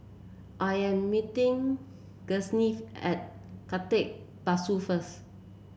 I am meeting Gustav at Khatib Bongsu first